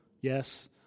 Yes